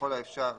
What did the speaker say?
ככל האפשר,